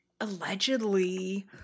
allegedly